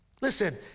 Listen